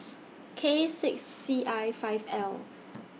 K six C I five L